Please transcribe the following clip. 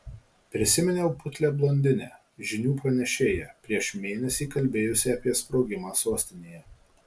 prisiminiau putlią blondinę žinių pranešėją prieš mėnesį kalbėjusią apie sprogimą sostinėje